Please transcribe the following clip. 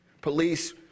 police